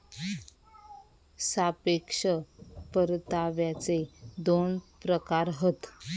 सापेक्ष परताव्याचे दोन प्रकार हत